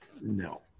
no